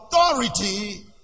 authority